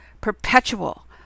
perpetual